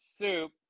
soup